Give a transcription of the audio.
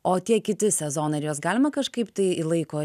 o tie kiti sezonai ar juos galima kažkaip tai į laiko